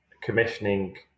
commissioning